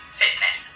fitness